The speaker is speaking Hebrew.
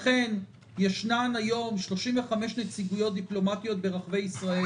ישנה אפילו החלטת ממשלה שהצעת המחליטים הזאת נמצאת כאן,